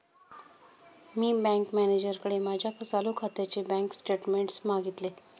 मी bank मॅनेजरकडे माझ्या चालू खात्याचे बँक स्टेटमेंट्स मागितले